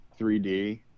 3D